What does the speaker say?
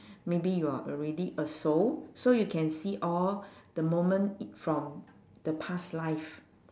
maybe you are already a soul so you can see all the moment i~ from the past life